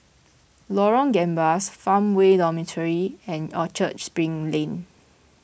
Lorong Gambas Farmway Dormitory and Orchard Spring Lane